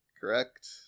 Correct